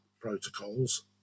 protocols